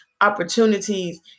Opportunities